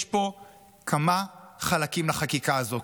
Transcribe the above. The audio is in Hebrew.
יש פה כמה חלקים, לחקיקה הזאת.